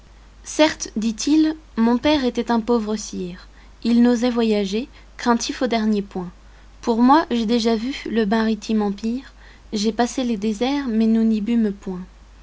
certes dit-il mon père était un pauvre sire il n'osait voyager craintif au dernier point pour moi j'ai déjà vu le maritime empire j'ai passé les déserts mais nous n'y bûmes point